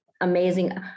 amazing